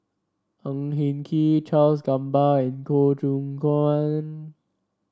Ang Hin Kee Charles Gamba and Goh Choon Kang